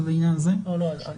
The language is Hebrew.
אני אענה על הכול.